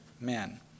men